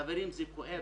חברים, זה כואב.